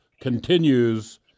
continues